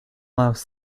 mouse